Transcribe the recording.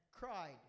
cried